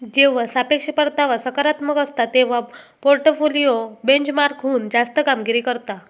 जेव्हा सापेक्ष परतावा सकारात्मक असता, तेव्हा पोर्टफोलिओ बेंचमार्कहुन जास्त कामगिरी करता